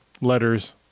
letters